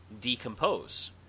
decompose